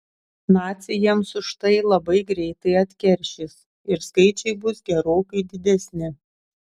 naciai jiems už tai labai greitai atkeršys ir skaičiai bus gerokai didesni